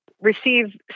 receive